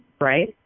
right